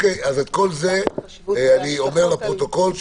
אז את כל זה אני אומר לפרוטוקול,